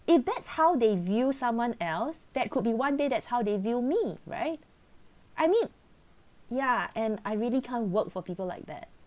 if that's how they view someone else that could be one day that's how they view me right I mean yeah and I really can't work for people like that